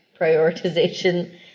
prioritization